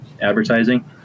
advertising